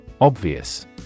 Obvious